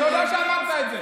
תודה שאמרת את זה.